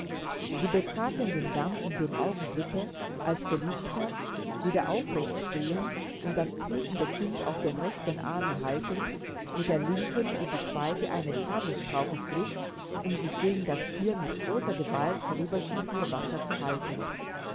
sie betraten den damm in dem augenblicke als felicitas wieder aufrechtstehend und das triefende kind auf dem rechten arme haltend mit der linken in die zweige eines haselstrauches griff um sich gegen das hier mit großer gewalt vorüberschießende wasser zu halten